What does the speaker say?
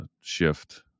shift